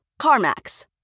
CarMax